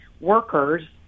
workers